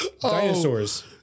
dinosaurs